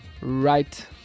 right